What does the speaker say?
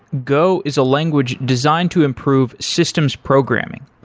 go is a language designed to improve systems programming.